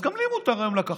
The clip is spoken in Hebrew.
אז גם לי מותר היום לקחת,